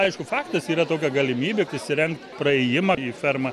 aišku faktas yra tokia galimybė įsirengt praėjimą į fermą